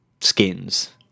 skins